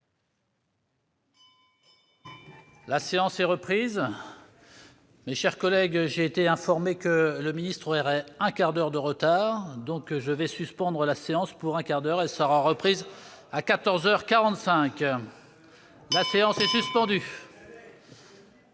La séance est reprise. Mes chers collègues, j'ai été informé que le ministre, un quart d'heure de retard, donc je vais suspendre la séance pour un quart d'heure et sa reprise à 14 heures 45 la séance est suspendue.